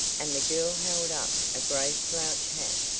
and the girl held up a gray slouch hat,